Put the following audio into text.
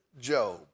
Job